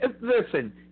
listen